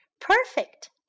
Perfect